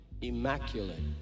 immaculate